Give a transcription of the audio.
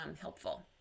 helpful